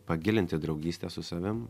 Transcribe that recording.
pagilinti draugystę su savim